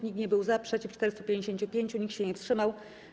Nikt nie był za, przeciw - 455, nikt się nie wstrzymał.